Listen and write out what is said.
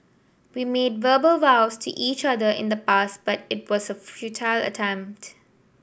we made verbal vows to each other in the past but it was a futile attempt